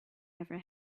never